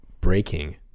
breaking